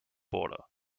border